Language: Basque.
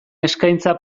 eskaintza